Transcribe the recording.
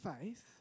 faith